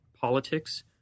politics